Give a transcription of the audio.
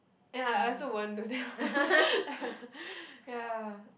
ya I also won't do that first ya